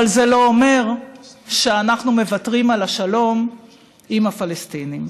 אבל זה לא אומר שאנחנו מוותרים על השלום עם הפלסטינים.